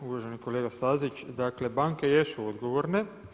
Uvaženi kolega Stazić, dakle banke jesu odgovorne.